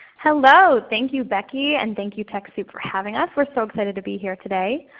hello, thank you becky and thank you techsoup for having us. we're so excited to be here today.